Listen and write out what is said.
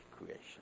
creation